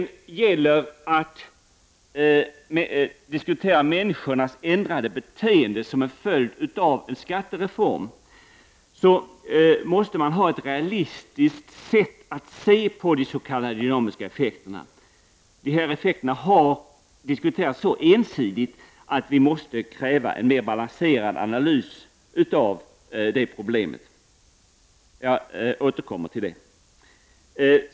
När det sedan gäller människors ändrade beteende som en följd av en genomförd skattereform måste man på ett realistiskt sätt se på de s.k. dynamiska effekterna. Dessa effekter har emellertid diskuterats alltför ensidigt. Därför måste vi kräva en mera balanserad analys av problemet. Jag återkommer senare till detta.